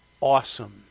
awesome